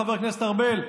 חבר הכנסת ארבל,